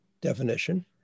definition